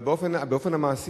אבל באופן מעשי,